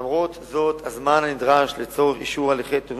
למרות זאת הזמן הנדרש לצורך אישור הליכי תכנון